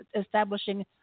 establishing